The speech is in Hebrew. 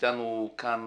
איתנו כאן